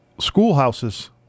Schoolhouse's